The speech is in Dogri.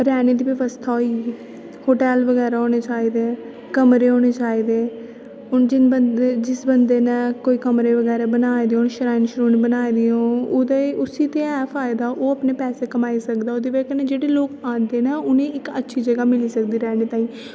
रैहने दी ब्यावस्था होई गेई होटल बगैरा होने चाहिदे कमरे होने चाहिदे हून जिस बंदे न कोई कमरे बगैरा बनाए दे हून शर्ण बनाई दी हून ओहदे उसी ते एह् फायदा ओह् अपने पैसे कमाई सकदा ओहदी बजह कन्नै जेहडे़ लोक आंदे न उंहेगी इक अच्छी जगह मिली सकदी रैहने तांई